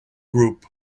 group